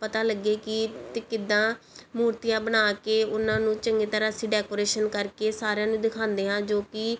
ਪਤਾ ਲੱਗੇ ਕਿ ਅਤੇ ਕਿੱਦਾਂ ਮੂਰਤੀਆਂ ਬਣਾ ਕੇ ਉਹਨਾਂ ਨੂੰ ਚੰਗੀ ਤਰ੍ਹਾਂ ਅਸੀਂ ਡੈਕੋਰੇਸ਼ਨ ਕਰਕੇ ਸਾਰਿਆਂ ਨੂੰ ਦਿਖਾਉਂਦੇ ਹਾਂ ਜੋ ਕਿ